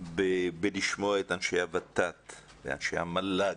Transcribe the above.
בלשמוע את אנשי הות"ת ואנשי המל"ג,